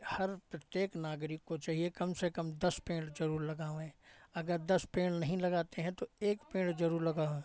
हर प्रत्येक नागरिक को चाहिए कम से कम दस पेड़ ज़रूर लगावें अगर दस पेड़ नहीं लगाते हैं तो एक पेड़ ज़रूर लगावें